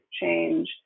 change